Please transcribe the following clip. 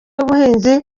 y’ubuhinzi